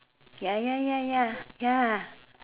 ya ya ya ya ya